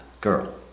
girl